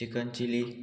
chicken chilly